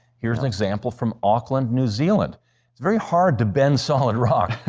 here's an example from auckland, new zealand. it's very hard to bend solid rock.